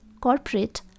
Corporate